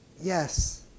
Yes